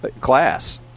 class